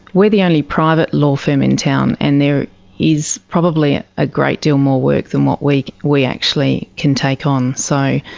we're the only private law firm in town, and there is probably a great deal more work than what we actually can take on, so.